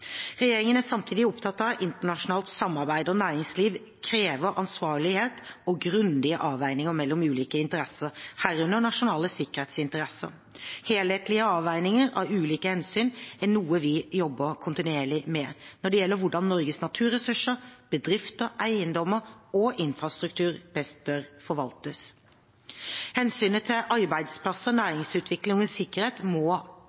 Regjeringen er samtidig opptatt av at internasjonalt samarbeid og næringsliv krever ansvarlighet og grundige avveininger mellom ulike interesser, herunder nasjonale sikkerhetsinteresser. Helhetlige avveininger av ulike hensyn er noe vi jobber kontinuerlig med når det gjelder hvordan Norges naturressurser, bedrifter, eiendommer og infrastruktur best bør forvaltes. Hensynet til arbeidsplasser, næringsutvikling og sikkerhet må